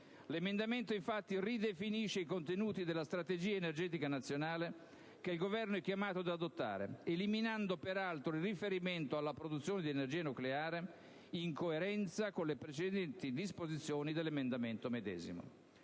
L'emendamento 5.800 infatti ridefinisce i contenuti della Strategia energetica nazionale che il Governo è chiamato ad adottare, eliminando peraltro il riferimento alla produzione di energia nucleare, in coerenza con le precedenti disposizioni dell'emendamento medesimo.